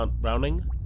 Browning